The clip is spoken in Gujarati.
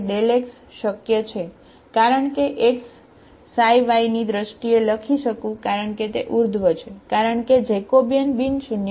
∂x શક્ય છે કારણ કે x ξy ની દ્રષ્ટિએ લખી શકું કારણ કે તે ઉર્ધ્વ છે કારણ કે જેકોબિયન બિન શૂન્ય છે